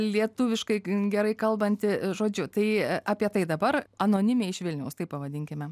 lietuviškai k gerai kalbanti žodžiu tai apie tai dabar anonimė iš vilniaus taip pavadinkime